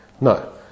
No